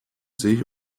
sich